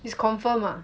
is confirm ah